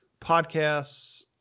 podcasts